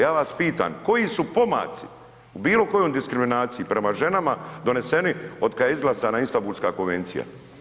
Ja vas pitam koji su pomaci u bilo kojoj diskriminaciji prema ženama doneseni otkad je izglasana Istambulska konvencija?